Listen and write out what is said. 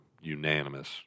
unanimous